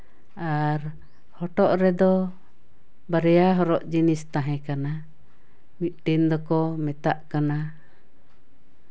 ᱟᱨ ᱦᱚᱴᱚᱜ ᱨᱮᱫᱚ ᱵᱟᱨᱭᱟ ᱦᱚᱨᱚᱜ ᱡᱤᱱᱤᱥ ᱛᱟᱦᱮᱸ ᱠᱟᱱᱟ ᱢᱤᱫᱴᱮᱱ ᱫᱚᱠᱚ ᱢᱮᱛᱟᱜ ᱠᱟᱱᱟ